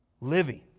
living